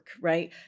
right